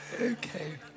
Okay